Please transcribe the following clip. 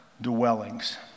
dwellings